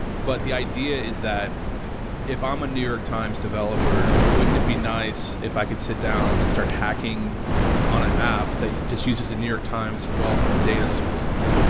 but, the idea is that if i'm a new york times developer, wouldn't it be nice if can sit down and start hacking on an app that just uses the new york times wealth of data sources?